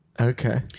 Okay